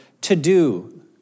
to-do